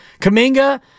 Kaminga